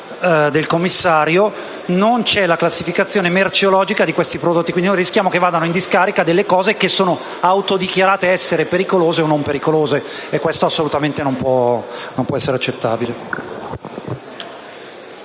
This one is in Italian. del commissario non c'è la classificazione merceologica di questi prodotti. Quindi, rischiamo che vadano in discarica delle cose che sono autodichiarate essere pericolose o non pericolose, e questo non può essere assolutamente